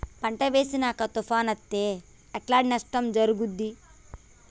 పంట వేసినంక తుఫాను అత్తే ఎట్లాంటి నష్టం జరుగుద్ది?